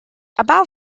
about